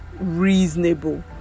reasonable